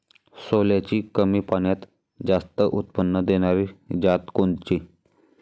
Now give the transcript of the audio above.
सोल्याची कमी पान्यात जास्त उत्पन्न देनारी जात कोनची?